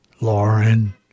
Lauren